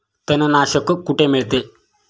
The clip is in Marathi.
तणनाशक कुठे मिळते?